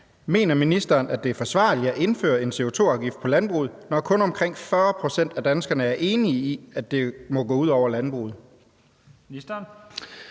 Mener ministeren, at det er forsvarligt at indføre en CO2-afgift på landbruget, når kun omkring 40 pct. af danskere er enige i, at en afgift må gå ud over landbruget?